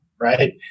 right